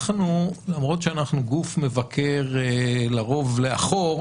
למרות שאנחנו גוף מבקר לרוב לאחור,